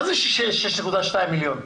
מה זה 6.2 מיליון שקלים?